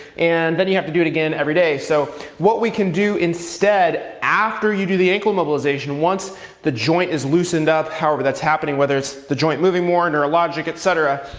and then you have to do it again every day. so what we can do instead, after you do the ankle mobilization, once the joint is loosened up, however that's happening, whether it's the joint moving more, neurologic, et cetera,